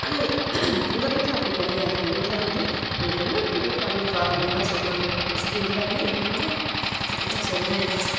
ஆனால் எங்கள் வீட்டில் அப்படி கிடையாது எங்கள் வீட்டில் வந்து உனக்கு என்ன இது பண்ணுப்பா அப்படின்னு தான் சொன்னாங்க வசதி இல்லை தான் இருந்தாலும் அப்படி தான் சொன்னாங்க